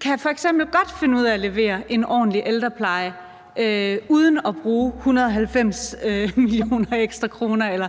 kan f.eks. godt finde ud af at levere en ordentlig ældrepleje uden at bruge 190 mio. kr. ekstra, eller